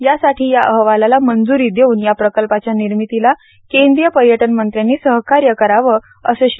यासाठी या अहवालास मंज्री देउन या प्रकल्पाच्या निर्मितीस केंद्रीय पर्यटन मंत्र्यानी सहकार्य करावे असे श्री